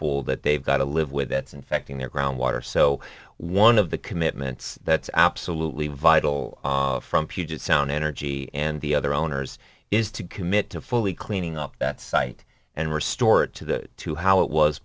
pool that they've got to live with that's infecting their groundwater so one of the commitments that's absolutely vital from puget sound energy and the other owners is to commit to fully cleaning up that site and restore it to the to how it was